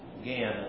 again